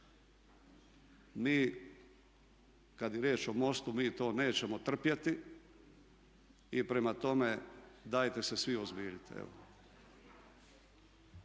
Mi, kad je riječ o MOST-u, mi to nećemo trpjeti. Prema tome, dajte se svi uozbiljite.